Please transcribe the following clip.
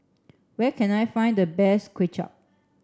where can I find the best Kway Chap